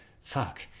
fuck